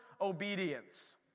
obedience